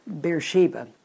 Beersheba